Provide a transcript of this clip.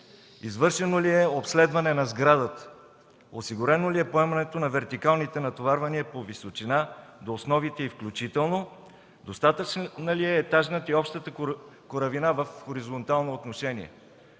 Извършено ли е обследване на сградата? Осигурено ли е поемането на вертикалните натоварвания по височина до основите и включително достатъчна ли е етажната и общата коравина в хоризонтално отношение?